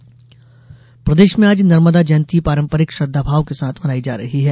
नर्मदा जयंती प्रदेश में आज नर्मदा जयंती पारंपरिक श्रद्धाभाव के साथ मनाई जा रही है